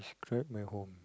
crap my home